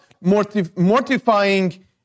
Mortifying